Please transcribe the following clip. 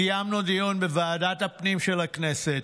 קיימנו דיון בוועדת הפנים של הכנסת,